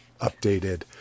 updated